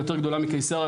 יותר גדולה מקיסריה,